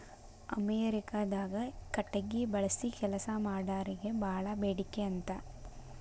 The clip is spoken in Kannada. ಅಮೇರಿಕಾದಾಗ ಕಟಗಿ ಬಳಸಿ ಕೆಲಸಾ ಮಾಡಾರಿಗೆ ಬಾಳ ಬೇಡಿಕೆ ಅಂತ